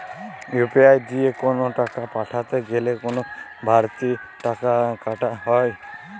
UPI দিয়ে কোন টাকা পাঠাতে গেলে কোন বারতি টাকা কি কাটা হয়?